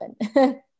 happen